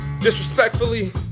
disrespectfully